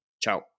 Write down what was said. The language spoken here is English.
Ciao